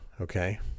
okay